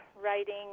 writing